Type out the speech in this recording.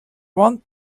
want